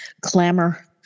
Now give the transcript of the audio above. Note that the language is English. Clamor